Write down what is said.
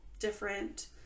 different